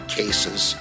cases